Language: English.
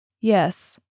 Yes